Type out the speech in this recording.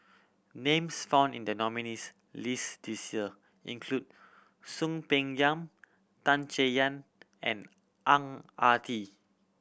names found in the nominees' list this year include Soon Peng Yam Tan Chay Yan and Ang Ah Tee